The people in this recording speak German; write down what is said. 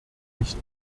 nicht